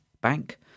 bank